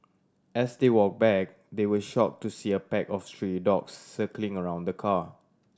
as they walk back they were shock to see a pack of stray dogs circling around the car